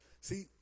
see